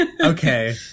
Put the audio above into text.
Okay